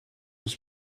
was